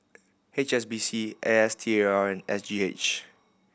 H S B C A S T A R and S G H